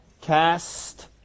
cast